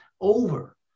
over